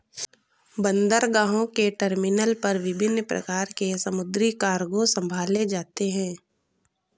बंदरगाहों के टर्मिनल पर विभिन्न प्रकार के समुद्री कार्गो संभाले जाते हैं